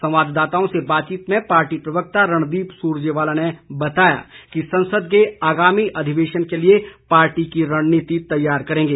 संवाददाताओं से बातचीत में पार्टी प्रवक्ता रणदीप सुरजेवाला ने बताया कि संसद के आगामी अधिवेशन के लिए पार्टी की रणनीति तैयार करेंगे